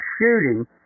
shooting